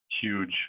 huge